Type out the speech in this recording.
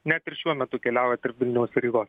net ir šiuo metu keliauja tarp vilniaus ir rygos